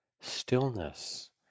stillness